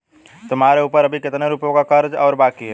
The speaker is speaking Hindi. तुम्हारे ऊपर अभी कितने रुपयों का कर्ज और बाकी है?